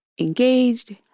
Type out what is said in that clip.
engaged